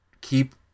keep